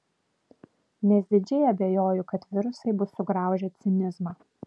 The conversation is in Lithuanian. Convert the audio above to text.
nes didžiai abejoju kad virusai bus sugraužę cinizmą